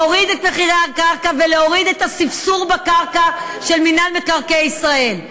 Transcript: להוריד את מחירי הקרקע ולהוריד את הספסור בקרקע של מינהל מקרקעי ישראל.